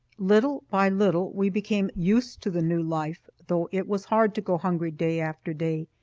little by little we became used to the new life, though it was hard to go hungry day after day,